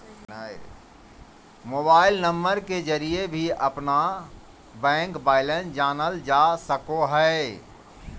mobile number के जरिए भी अपना बैंक बैलेंस जानल जा सको हइ